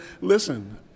Listen